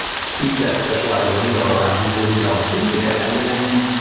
speak that specialized lingo around people who don't speak it, and then,